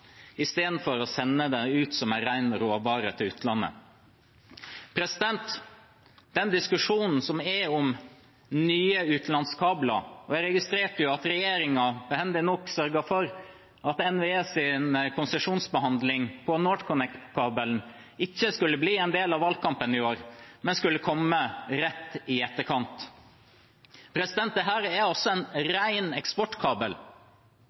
istedenfor å sende det ut som en ren råvare til utlandet. Til den diskusjonen som er om nye utenlandskabler – jeg registrerte jo at regjeringen behendig nok sørget for at NVEs konsesjonsbehandling angående NorthConnect-kabelen ikke skulle bli en del av valgkampen i år, men skulle komme rett i etterkant: Dette er altså en ren eksportkabel,